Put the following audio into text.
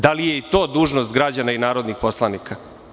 Da li je i to dužnost građana i narodnih poslanika?